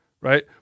right